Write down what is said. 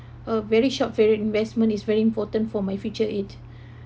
a very short period investment is very important for my future age